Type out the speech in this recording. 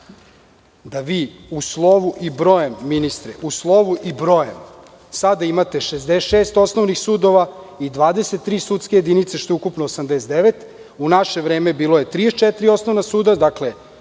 da vi uporno izbegavate, da vi u slovu i brojem, sada imate 66 osnovnih sudova i 23 sudske jedinice, što je ukupno 89, u naše vreme bilo je 34 osnovna suda, dakle,